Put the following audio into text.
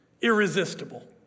irresistible